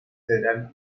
federal